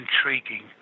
intriguing